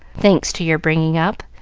thanks to your bringing up,